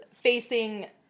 facing